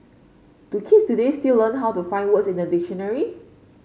do kids today still learn how to find words in a dictionary